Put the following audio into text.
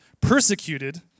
Persecuted